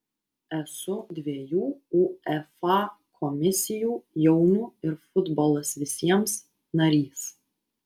esu dviejų uefa komisijų jaunių ir futbolas visiems narys